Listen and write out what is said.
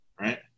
Right